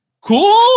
cool